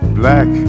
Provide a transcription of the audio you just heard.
black